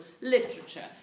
literature